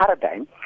paradigm